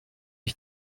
ich